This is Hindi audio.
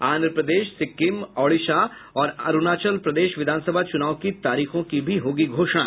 आंध्र प्रदेश सिक्किम ओडिशा और अरूणाचल प्रदेश विधानसभा चुनाव की तारीखों की भी होगी घोषणा